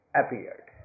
appeared